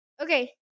Okay